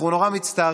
אנחנו נורא מצטערים.